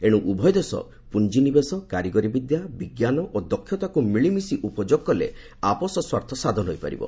ଏଣୁ ଉଭୟ ଦେଶ ପୁଞ୍ଜିନିବେଶ କାରିଗରୀ ବିଦ୍ୟା ବିଜ୍ଞାନ ଓ ଦକ୍ଷତାକୁ ମିଳିମିଶି ଉପଯୋଗ କଲେ ଆପୋଷ ସ୍ୱାର୍ଥ ସାଧନ ହୋଇପାରିବ